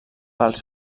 pels